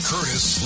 Curtis